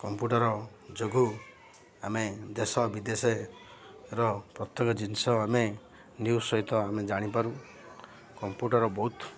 computer ଯୋଗୁଁ ଆମେ ଦେଶ ବିଦେଶର ପ୍ରତ୍ୟେକ ଜିନିଷ ଆମେ ନ୍ୟୁଜ୍ ସହିତ ଆମେ ଜାଣିପାରୁ କମ୍ପ୍ୟୁଟର ବହୁତ